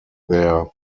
their